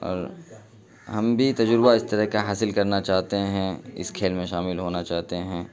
اور ہم بھی تجربہ اس طرح کا حاصل کرنا چاہتے ہیں اس کھیل میں شامل ہونا چاہتے ہیں